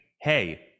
hey